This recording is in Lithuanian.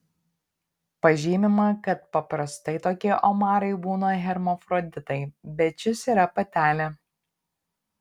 pažymima kad paprastai tokie omarai būna hermafroditai bet šis yra patelė